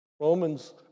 Romans